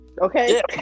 Okay